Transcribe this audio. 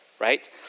right